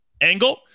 angle